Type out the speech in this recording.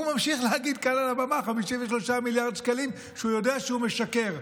הוא ממשיך להגיד כאן על הבמה 53 מיליארד שקלים כשהוא יודע שהוא משקר.